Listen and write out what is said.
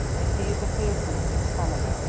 if he is a person of this calibre,